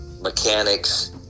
mechanics